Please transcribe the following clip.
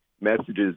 messages